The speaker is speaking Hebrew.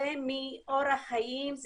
זה מאורח חיים,